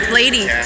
lady